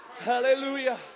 hallelujah